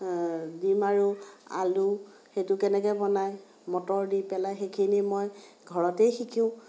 ডিম আৰু আলু সেইটো কেনেকৈ বনায় মটৰ দি পেলাই সেইখিনি মই ঘৰতে শিকোঁ